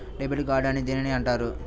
Debit card అని దేనిని అంటారు?